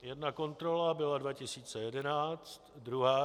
Jedna kontrola byla 2011, druhá 2013.